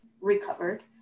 recovered